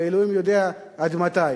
ואלוהים יודע עד מתי.